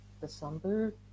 december